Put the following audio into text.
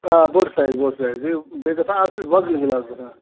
آ بوٚڈ سایِز بوٚڈ سایِز بیٚیہِ بیٚیہِ گَژھان اَصٕل وۄزٕلۍ گِلاس گَژھان